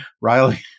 Riley